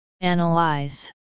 Analyze